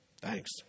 Thanks